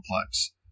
Complex